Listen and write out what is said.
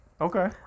okay